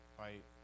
fight